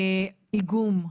איגום,